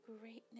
greatness